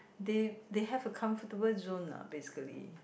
they they have a comfortable zone lah basically